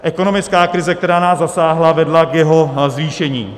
Ekonomická krize, která nás zasáhla, vedla k jeho zvýšení.